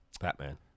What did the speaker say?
Batman